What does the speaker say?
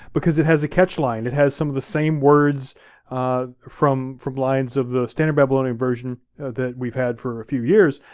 because it has a catch line, it has some of the same words from from lines of the standard babylonian version that we've had for a few years,